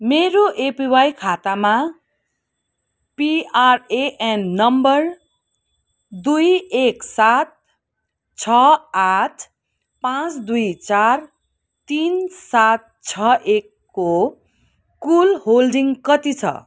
मेरो एपिवाई खातामा PRAN number दुई एक सात छ आठ पाँच दुई चार तिन सात छ एकको कुल होल्डिङ कति छ